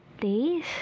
days